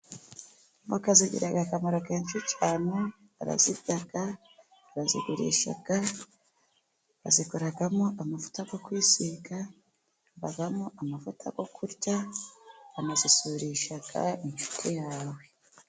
Voka zigira akamaro kenshi cyane, barazirya, barazigurisha, bazikoramo amavuta yo kwisiga, havamo amavuta yo kurya, banazisurisha inshuti yawe.